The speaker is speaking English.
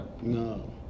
No